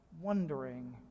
wondering